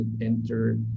enter